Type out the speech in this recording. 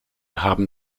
haben